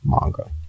manga